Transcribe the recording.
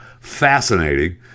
Fascinating